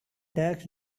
tax